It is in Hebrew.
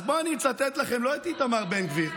אז בואו אני אצטט לכם לא את איתמר בן גביר,